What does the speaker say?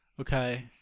Okay